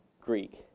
Greek